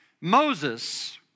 Moses